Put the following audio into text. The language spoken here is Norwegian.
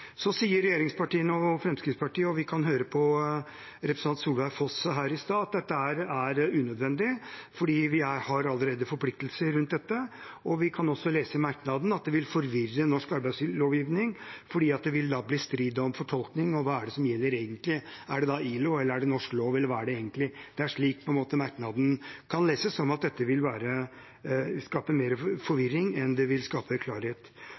Så sier regjeringspartiene og Fremskrittspartiet, og vi kunne høre representanten Ingunn Foss si her i stad, at dette er unødvendig fordi vi allerede har forpliktelser rundt dette. Vi kan også lese i merknaden deres at det vil forvirre norsk arbeidslivslovgivning fordi det blir strid om fortolkning og hva som egentlig gjelder – er det ILO, er det norsk lov, eller hva er det egentlig? Det er slik merknaden kan leses – at dette vil skape